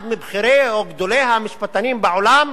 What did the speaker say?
אחד מבכירי או גדולי המשפטנים בעולם.